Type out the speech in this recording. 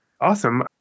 Awesome